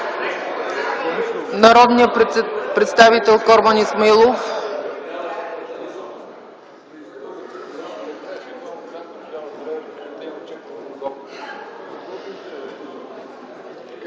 Народният представител, Корман Исмаилов.